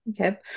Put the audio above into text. Okay